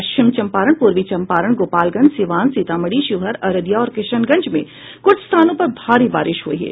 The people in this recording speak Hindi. पश्चिम चंपारण पूर्वी चंपारण गोपालगंज सीवान सीतामढ़ी शिवहर अररिया और किशनगंज में कुछ स्थानों पर भारी बारिश हुई है